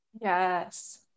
Yes